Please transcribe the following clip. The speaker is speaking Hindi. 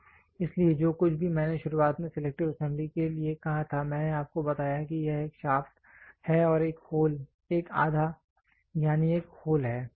इसलिए जो कुछ भी मैंने शुरुआत में सिलेक्टिव असेंबली के लिए कहा था मैंने आपको बताया कि यह एक शाफ्ट है और एक होल एक आधा यानी एक होल है